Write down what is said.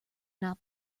not